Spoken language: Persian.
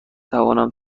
توانم